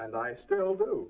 and i still do